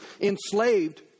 enslaved